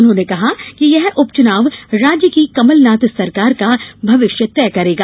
उन्होंने कहा कि यह उपचुनाव राज्य की कमलनाथ सरकार का भविष्य तय करेगा